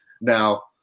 now